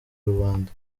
rubanda